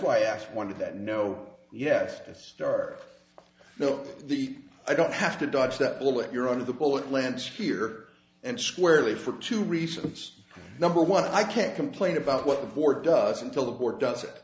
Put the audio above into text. why i asked one of that no yes to start to look the i don't have to dodge that bullet you're under the bullet landscape here and squarely for two reasons number one i can't complain about what the board does until the board does it